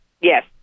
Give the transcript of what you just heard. Yes